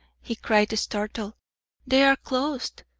he cried, startled, they are closed!